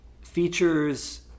features